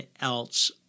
else